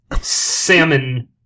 salmon